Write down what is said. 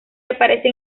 aparece